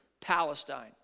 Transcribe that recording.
Palestine